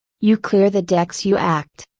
you clear the decks you act.